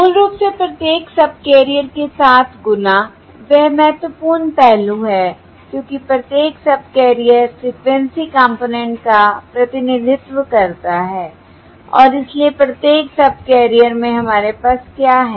मूल रूप से प्रत्येक सबकैरियर के साथ गुना वह महत्वपूर्ण पहलू है क्योंकि प्रत्येक सबकैरियर फ्रिकवेंसी कंपोनेंट का प्रतिनिधित्व करता है और इसलिए प्रत्येक सबकैरियर में हमारे पास क्या है